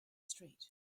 street